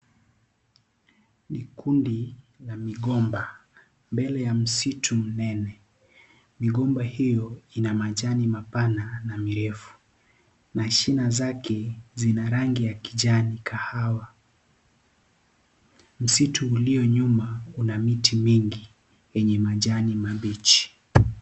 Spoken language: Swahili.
Ni kundi la migomba mbele ya msitu mnene. Migomba hiyo ina majani mapana na mirefu na shina zake zina rangi ya kijani kahawa. Msitu ulio nyuma una miti mingi yenye majani mambichi.